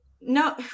no